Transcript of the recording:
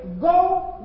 Go